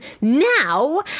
now